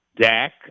Dak